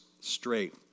straight